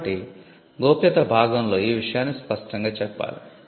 కాబట్టి గోప్యత భాగంలో ఈ విషయాన్ని స్పష్టంగా చెప్పాలి